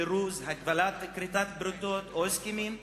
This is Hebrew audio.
פירוז, כריתת בריתות או הסכמים,